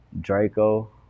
Draco